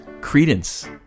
Credence